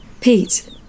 Pete